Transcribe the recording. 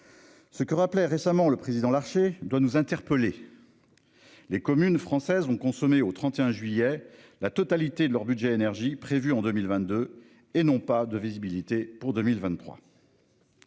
Ce que rappelait récemment le président Larché doit nous interpeller. Les communes françaises ont consommé au 31 juillet la totalité de leur budget énergie prévue en 2022 et non pas de visibilité pour 2023.--